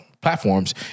platforms